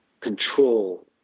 control